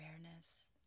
awareness